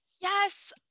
Yes